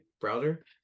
browser